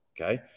Okay